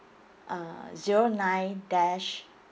uh zero nine dash